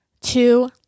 two